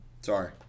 Sorry